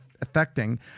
affecting